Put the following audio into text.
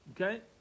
Okay